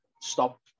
stop